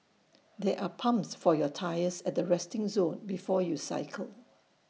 there are pumps for your tyres at the resting zone before you cycle